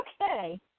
okay